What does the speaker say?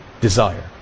desire